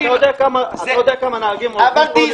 אתה לא יודע כמה נהגים עוזבים בכל יום.